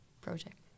project